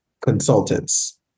consultants